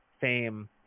fame